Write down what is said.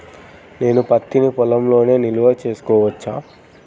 నేను పత్తి నీ పొలంలోనే నిల్వ చేసుకోవచ్చా?